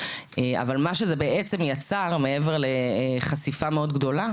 אבל מה שזה בעצם יצר מעבר לחשיפה מאוד גדולה